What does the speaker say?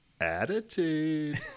attitude